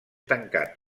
tancat